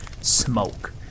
smoke